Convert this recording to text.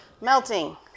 melting